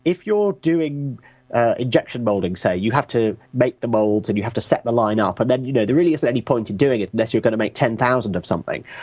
if you're doing injection mouldings say, you have to make the moulds and you have to set the line-up, and then you know, there really isn't any point in doing it unless you're going to make ten thousand of something.